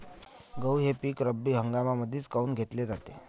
गहू हे पिक रब्बी हंगामामंदीच काऊन घेतले जाते?